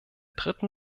dritten